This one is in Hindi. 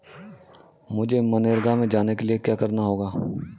मुझे मनरेगा में जाने के लिए क्या करना होगा?